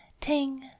ting